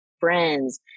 friends